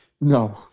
No